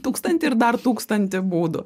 tūkstantį ir dar tūkstantį būdų